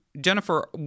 Jennifer